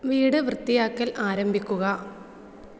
വീട് വൃത്തിയാക്കൽ ആരംഭിക്കുക